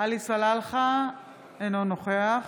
אינו נוכח